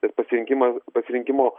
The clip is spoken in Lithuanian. ir pasirinkimą pasirinkimo